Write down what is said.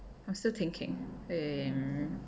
I'm still thinking wait um